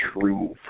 truth